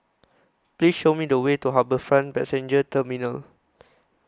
Please Show Me The Way to HarbourFront Passenger Terminal